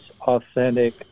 authentic